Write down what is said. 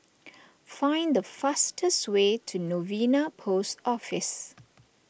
find the fastest way to Novena Post Office